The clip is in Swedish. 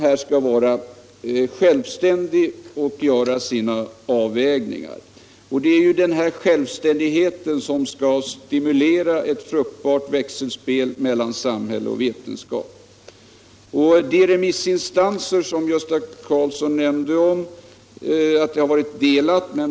De skall alltså självständigt göra sina avvägningar. Det är den här självständigheten som skall stimulera ett fruktbart växelspel mellan samhälle och vetenskap. Herr Karlsson i Mariefred nämnde att remissopinionerna har varit delade.